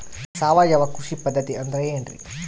ಸಾವಯವ ಕೃಷಿ ಪದ್ಧತಿ ಅಂದ್ರೆ ಏನ್ರಿ?